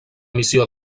missió